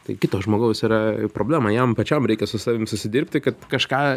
tai kito žmogaus yra problema jam pačiam reikia su savim susidirbti kad kažką